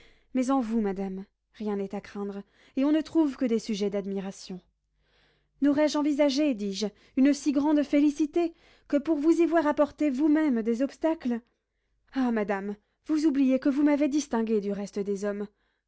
mais en vous madame rien n'est à craindre et on ne trouve que des sujets d'admiration n'aurais-je envisagé dis-je une si grande félicité que pour vous y voir apporter vous-même des obstacles ah madame vous oubliez que vous m'avez distingué du reste des hommes